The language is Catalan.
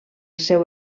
seu